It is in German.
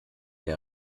der